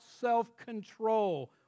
self-control